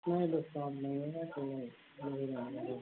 नहीं डिस्काउन्ट नहीं होगा यहीं रहने दो